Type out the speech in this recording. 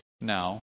now